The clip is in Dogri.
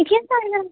दिक्खियै सनाई ना